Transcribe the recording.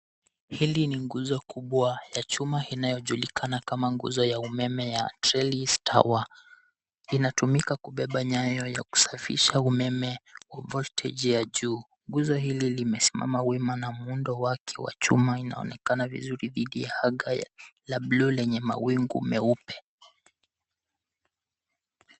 Hili ni nguzo kubwa ya chuma inayojulikana kama nguzo ya umeme ya [cstrellis tower . Inatumika kubeba nyaya ya kusafisha umeme wa voltage ya juu. Nguzo hili limesimama wima, na muundo wake wa chuma inaonekana vizuri dhidi ya anga la bluu lenye mawingu meupe.